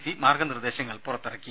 C മാർഗ്ഗ നിർദേശങ്ങൾ പുറത്തിറക്കി